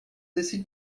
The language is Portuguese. desse